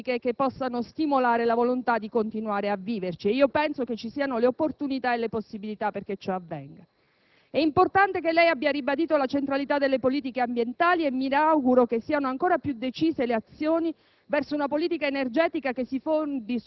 che invece avrebbero bisogno di politiche che possano stimolare la volontà di continuare a viverci. Penso che vi siano le opportunità e le possibilità perché ciò avvenga. È importante che lei abbia ribadito le centralità delle politiche ambientali. Mi auguro che siano ancor più decise le azioni